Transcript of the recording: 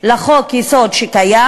לחוק-יסוד שקיים,